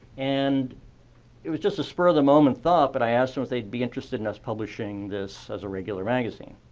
and it was just a spur of the moment thought, but i asked them if they'd be interested in us publishing this as a regular magazine.